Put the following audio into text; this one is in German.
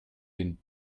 den